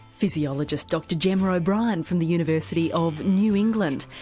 physiologist dr gemma o'brien from the university of new england.